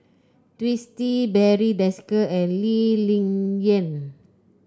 Twisstii Barry Desker and Lee Ling Yen